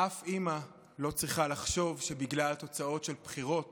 אף אימא לא צריכה לחשוב שבגלל תוצאות של בחירות